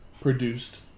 produced